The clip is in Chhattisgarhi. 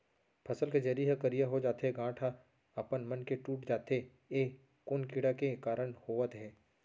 फसल के जरी ह करिया हो जाथे, गांठ ह अपनमन के टूट जाथे ए कोन कीड़ा के कारण होवत हे?